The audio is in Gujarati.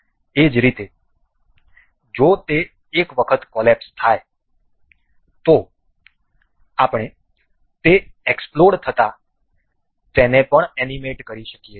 એ જ રીતે જો તે એક વખત કોલેપ્સ થાય તો આપણે તે એક્સપ્લોડ થતાં તેને પણ એનિમેટ કરી શકીએ છીએ